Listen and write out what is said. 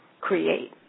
create